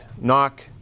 Knock